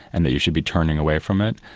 and that you should be turning away from it.